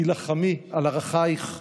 הילחמי על ערכייך,